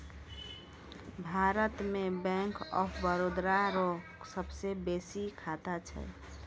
भारत मे Bank of Baroda रो सबसे बेसी शाखा छै